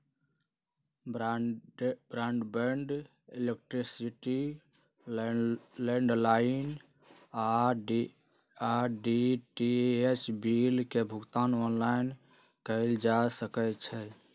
broadband, electricity, landline आऽ DTH bill के भुगतान ऑनलाइन कएल जा सकइ छै